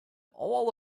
all